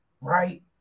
right